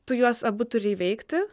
tu juos abu turi įveikti